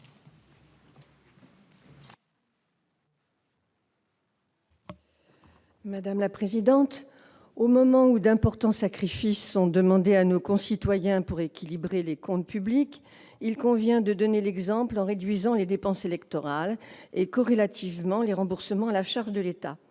Claudine Kauffmann. Au moment où d'importants sacrifices sont demandés à nos concitoyens pour équilibrer les comptes publics, il convient de donner l'exemple en réduisant les dépenses électorales et, corrélativement, les remboursements à la charge de l'État.